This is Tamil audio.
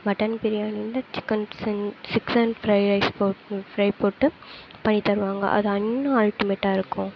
மட்டன் பிரியாணியில் சிக்கன் சிக்கன் ஃப்ரை போட்டு பண்ணி தருவாங்க அது இன்னும் அல்டிமேட்டாக இருக்கும்